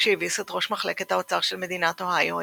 כשהביס את ראש מחלקת האוצר של מדינת אוהיו,